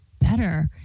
better